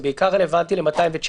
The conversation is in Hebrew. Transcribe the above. זה בעיקר רלוונטי ל-219,